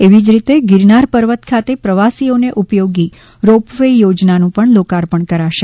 એવી જ રીતે ગીરનાર પર્વત ખાતે પ્રવાસીઓને ઉપયોગી રોપ વે યોજનાનું લોકાર્પણ કરાશે